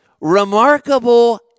remarkable